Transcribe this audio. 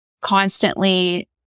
constantly